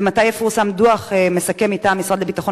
ומתי יפורסם דוח מסכם מטעם המשרד לביטחון